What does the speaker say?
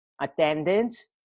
attendance